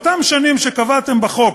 אותן שנים שקבעתם בחוק,